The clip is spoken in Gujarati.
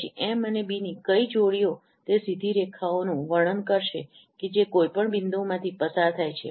પછી એમ અને બી ની કઈ જોડીઓ તે સીધી રેખાઓનું વર્ણન કરશે કે જે કોઈપણ બિંદુમાંથી પસાર થાય છે